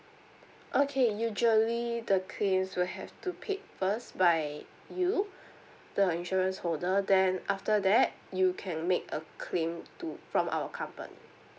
okay usually the claims will have to paid first by you the insurance holder then after that you can make a claim to from our company